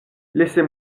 laissez